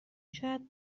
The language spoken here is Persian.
شاید